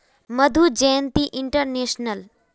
Madhu Jayanti international